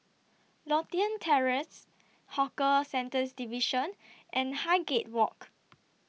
Lothian Terrace Hawker Centres Division and Highgate Walk